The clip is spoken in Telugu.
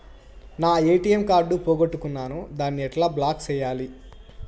నా ఎ.టి.ఎం కార్డు పోగొట్టుకున్నాను, దాన్ని ఎట్లా బ్లాక్ సేయాలి?